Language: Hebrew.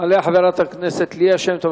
תעלה חברת הכנסת ליה שמטוב,